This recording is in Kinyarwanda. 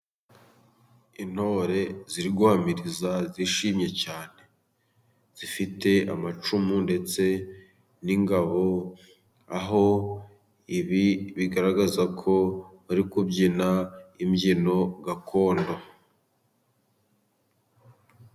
Intore ziri guhamiriza zishimye cyane zifite amacumu ndetse n'ingabo, aho ibi bigaragaza ko bari kubyina imbyino gakondo.